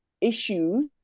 issues